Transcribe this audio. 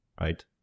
right